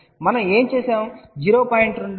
కాబట్టి మనం ఏమి చేసాము 0